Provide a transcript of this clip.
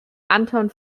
anton